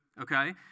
okay